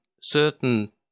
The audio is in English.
certain